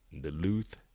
Duluth